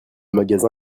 magazin